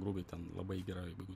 grubiai ten labai gerai jeigu